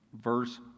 verse